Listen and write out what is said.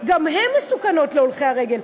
גם הם מסוכנים להולכי הרגל,